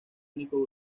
único